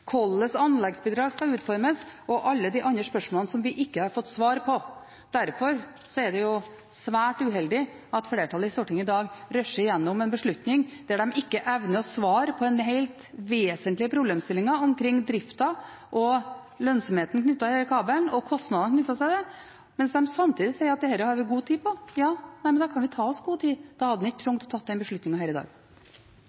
hvordan anleggsbidrag skal utformes, og alle de andre spørsmålene som vi ikke har fått svar på. Derfor er det svært uheldig at flertallet i Stortinget i dag rusher gjennom en beslutning der de ikke evner å svare på helt vesentlige problemstillinger omkring driften, lønnsomheten knyttet til denne kabelen og kostnadene knyttet til det, mens de samtidig sier at dette har vi god tid på. Ja, men da kan vi ta oss god tid, da hadde en ikke